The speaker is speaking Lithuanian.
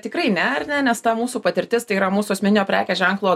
tikrai ne ar ne nes ta mūsų patirtis tai yra mūsų asmeninio prekės ženklo